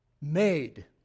made